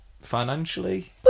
financially